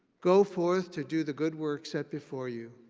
go forth to do the good work set before you.